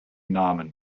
namen